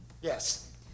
Yes